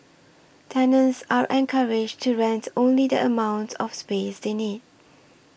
tenants are encouraged to rent only the amount of space they need